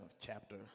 chapter